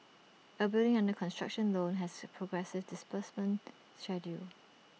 A building under construction loan has progressive disbursement schedule